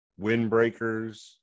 windbreakers